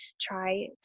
try